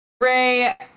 Ray